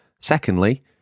Secondly